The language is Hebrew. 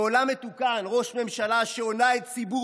בעולם מתוקן ראש ממשלה שהונה את ציבור